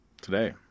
today